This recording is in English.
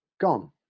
Gone